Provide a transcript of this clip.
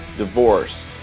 divorce